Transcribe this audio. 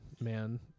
man